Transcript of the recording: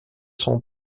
son